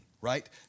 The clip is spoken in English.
right